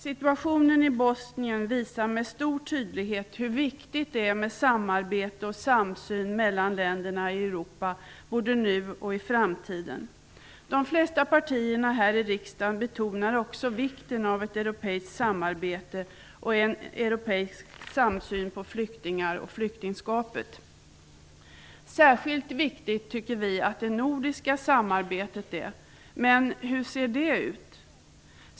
Situationen i Bosnien visar med stor tydlighet hur viktigt det är med samarbete och samsyn mellan länderna i Europa både nu och i framtiden. De flesta partierna här i riksdagen betonar också vikten av ett europeiskt samarbete och en europeisk samsyn på flyktingar och flyktingskapet. Särskilt viktigt tycker vi att det nordiska samarbetet är, men hur ser det ut?